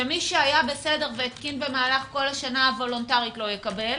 שמי שהיה בסדר והתקין במשך השנה הוולונטרית לא יקבל,